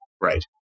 Right